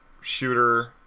shooter